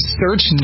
search